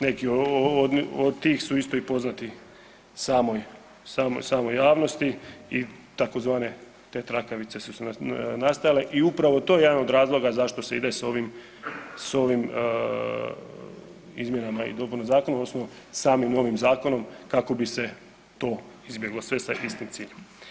Neki, ovo, od tih su isto i poznati samoj javnosti i tzv. te trakavice su nastale i upravo to je jedan od razloga zašto se ide s ovim izmjenama i dopunama zakona, odnosno samim novim zakonom, kako bi se to izbjeglo, sve sa istim ciljem.